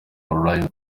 carolina